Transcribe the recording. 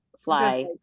fly